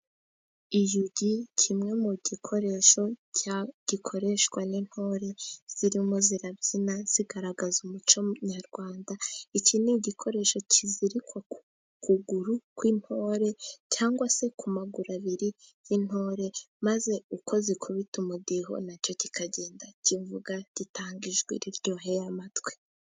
Iyugi ni kimwe mu gikoresho gikoreshwa n'intore zirimo zirabyina zigaragaza umuco nyarwanda. Iki ni igikoresho kizirikwa ku kuguru kw'intore cyangwa se ku maguru abiri y'intore, maze uko zikubita umudiho nacyo kikagenda kivuga gitanga ijwi riryoheye amatwi.